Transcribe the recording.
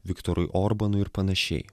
viktorui orbanui ir panašiai